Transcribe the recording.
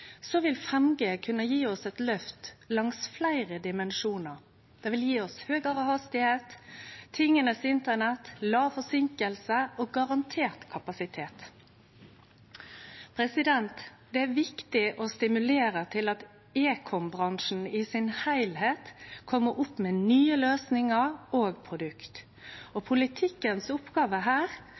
vil 5G kunne gje oss eit løft langs fleire dimensjonar. Det vil gje oss høgare hastigheit, tingas internett, låg forseinking og garantert kapasitet. Det er viktig å stimulere til at ekombransjen i det heile kjem opp med nye løysingar og produkt. Oppgåva til politikken her er